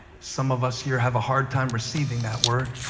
some of us here have a hard time receiving that word.